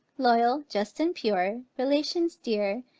loyal, just and pure, relations dear,